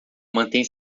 mantém